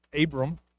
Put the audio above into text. Abram